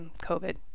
COVID